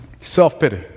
Self-pity